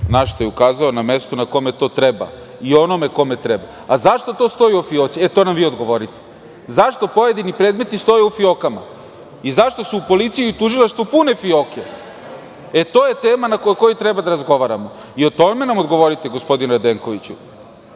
našta je ukazao, na mesto na kome to treba i onome kome treba.Zašto to stoji u fijoci? To nam vi odgovorite. Zašto pojedini predmeti stoje u fijokama i zašto su u policiji i u tužilaštvu pune fijoke? To je tema o kojoj treba da razgovaramo i o tome nam govorite, gospodine Radenkoviću.